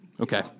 Okay